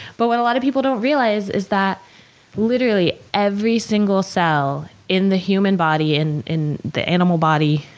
but what a lot of people don't realize is that literally every single cell in the human body, in in the animal body,